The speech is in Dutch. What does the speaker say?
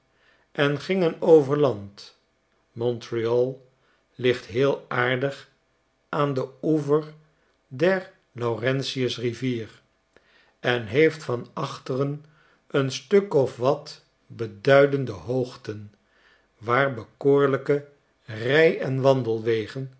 en gingen over land montreal ligt heel aardig aan den oever der laurentius rivier en heeft van achteren een stuk of wat beduidende hoogten waar bekoorlijke rij en wandelwegen